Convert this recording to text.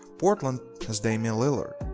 portland has damian lilard.